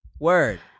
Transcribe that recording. Word